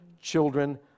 Children